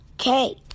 okay